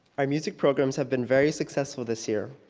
our music programs have been very successful this year.